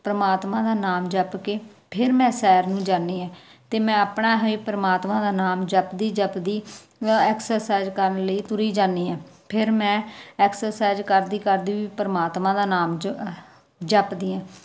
ਪਰਮਾਤਮਾ ਦਾ ਨਾਮ ਜਪਿ ਕੇ ਫਿਰ ਮੈਂ ਸੈਰ ਨੂੰ ਜਾਨੀ ਹੈ ਅਤੇ ਮੈਂ ਆਪਣਾ ਹਜੇ ਪਰਮਾਤਮਾ ਦਾ ਨਾਮ ਜਪਦੀ ਜਪਦੀ ਐਕਸਰਸਾਈਜ਼ ਕਰਨ ਲਈ ਤੁਰੀ ਜਾਨੀ ਹੈ ਫਿਰ ਮੈਂ ਐਕਸਰਸਾਈਜ਼ ਕਰਦੀ ਕਰਦੀ ਵੀ ਪਰਮਾਤਮਾ ਦਾ ਨਾਮ ਜ ਜਪਦੀ ਹੈ